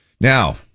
Now